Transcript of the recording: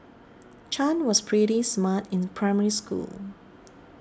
Chan was pretty smart in Primary School